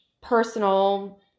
personal